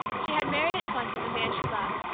she had married, at twenty, the man she loved,